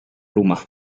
rumah